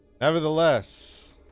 Nevertheless